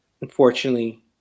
unfortunately